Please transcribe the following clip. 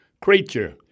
creature